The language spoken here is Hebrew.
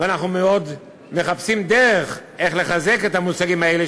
ואנחנו מאוד מחפשים דרך לחזק את המושגים האלה,